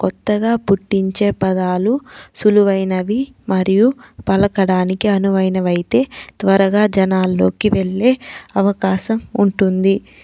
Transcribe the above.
కొత్తగా పుట్టించే పదాలు సులువైనవి మరియు పలకడానికి అనువైనవైతే త్వరగా జనాల్లోకి వెళ్లే అవకాశం ఉంటుంది